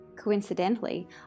Coincidentally